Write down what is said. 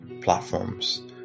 platforms